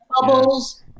bubbles